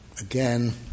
again